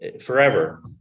forever